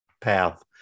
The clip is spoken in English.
path